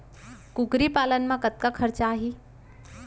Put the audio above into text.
कुकरी पालन म कतका खरचा आही?